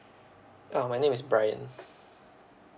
ah my name is brian